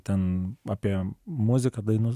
ten apie muziką dainos